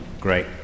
Great